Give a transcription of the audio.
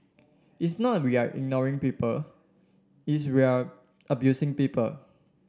it's not we're ignoring people it's we're abusing people